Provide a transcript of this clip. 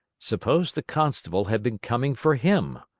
suppose the constable had been coming for him!